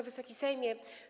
Wysoki Sejmie!